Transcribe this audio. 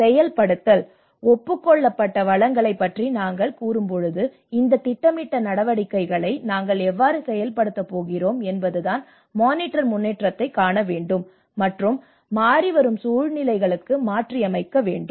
செயல்படுத்தல் ஒப்புக் கொள்ளப்பட்ட வளங்களைப் பற்றி நாங்கள் கூறும்போது இந்த திட்டமிட்ட நடவடிக்கைகளை நாங்கள் எவ்வாறு செயல்படுத்தப் போகிறோம் என்பதுதான் மானிட்டர் முன்னேற்றத்தைக் காண வேண்டும் மற்றும் மாறிவரும் சூழ்நிலைகளுக்கு மாற்றியமைக்க வேண்டும்